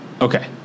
okay